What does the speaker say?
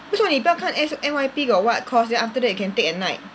为什么你不要看 N~ N_Y_P got what course then after that you can take at night